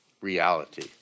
reality